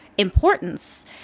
importance